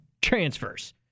transfers